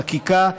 חקיקה,